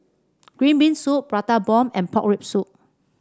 Green Bean Soup Prata Bomb and Pork Rib Soup